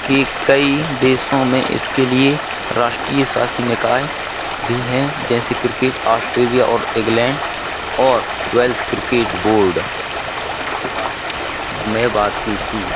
के कई देशों में इसके लिए राष्ट्रीय सासी निकाय भीं है जैसे क्रिकेट ऑस्ट्रेलिया और इग्लैंड और वेल्स क्रिकेट बोर्ड मैं बात की थी